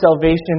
salvation